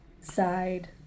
side